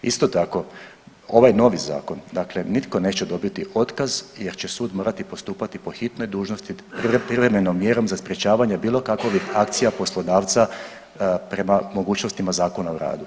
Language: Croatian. Isto tako ovaj novi zakon, dakle nitko neće dobiti otkaz jer će sud morati postupati po hitnoj dužnosti privremenom mjerom za sprečavanje bilo kakovih akcija poslodavca prema mogućnostima Zakona o radu.